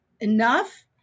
enough